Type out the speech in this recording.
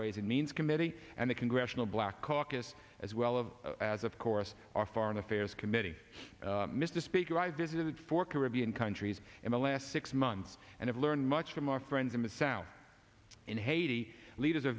ways and means committee and the congressional black caucus as well of as of course our foreign affairs committee mr speaker i visited four caribbean countries in the last six months and i've learned much from our friends in the south in haiti leaders are